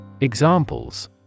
Examples